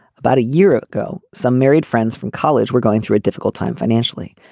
about a year ago some married friends from college were going through a difficult time financially.